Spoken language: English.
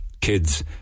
kids